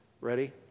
Ready